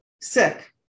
sick